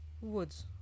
woods